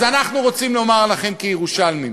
אז אנחנו רוצים לומר לכם כירושלמים: